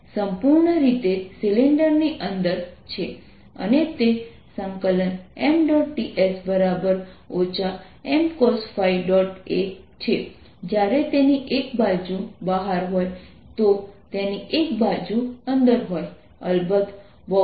તેથી જો આપેલ ઘનતા cos છે તો તમે તેને Vr 14π0 cosθr RR2sinddϕ તરીકે લખી શકો છો જ્યાં R સ્ફેરિકલ શેલ પરના બિંદુ નો સંદર્ભ આપે છે